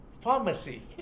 Pharmacy